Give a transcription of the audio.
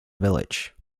village